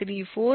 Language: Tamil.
934